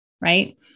right